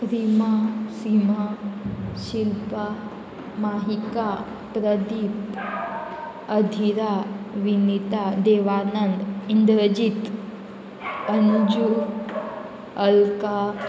Rima Sima Shilpa Mahika Pradeep Adhira Vinita Devanand Indrajit Anju Alka